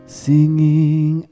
singing